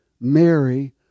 Mary